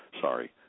sorry